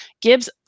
Gibbs